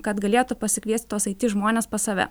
kad galėtų pasikviesti tuos it žmones pas save